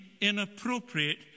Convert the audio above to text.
inappropriate